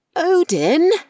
Odin